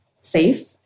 safe